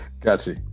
Gotcha